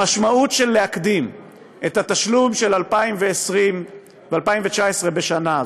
המשמעות של להקדים את התשלום של 2019 ו-2020 בשנה,